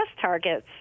targets